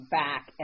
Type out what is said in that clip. back